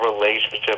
relationship